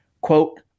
quote